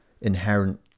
inherent